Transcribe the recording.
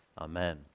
amen